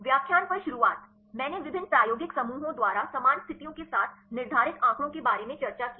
व्याख्यान पर शुरुआत मैंने विभिन्न प्रायोगिक समूहों द्वारा समान स्थितियों के साथ निर्धारित आंकड़ों के बारे में चर्चा की